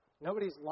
Nobody's